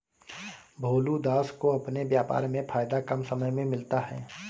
भोलू दास को अपने व्यापार में फायदा कम समय में मिलता है